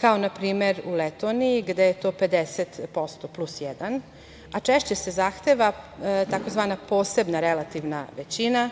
kao na primer u Letoniji gde je to 50% plus jedan, a češće se zahteva tzv. posebna relativna većina.